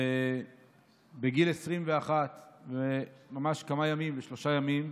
בגיל 21 ושלושה ימים,